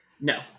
no